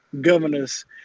governors